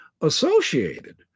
associated